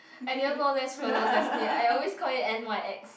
I didn't know that's pronounced as Ny~ I always call it N_Y_X